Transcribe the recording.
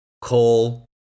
call